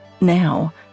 Now